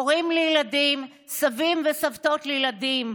הורים לילדים, סבים וסבתות לילדים.